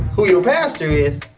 who your pastor is?